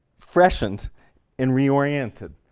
freshened and re-oriented.